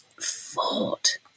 fought